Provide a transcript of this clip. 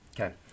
Okay